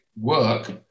work